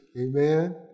Amen